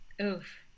Oof